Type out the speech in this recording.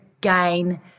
gain